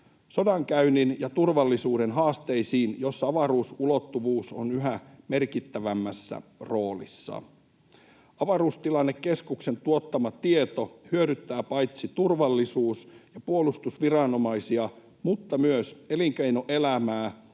sodankäynnin ja turvallisuuden haasteisiin, jossa avaruusulottuvuus on yhä merkittävämmässä roolissa. Avaruustilannekeskuksen tuottama tieto hyödyttää paitsi turvallisuus- ja puolustusviranomaisia myös elinkeinoelämää,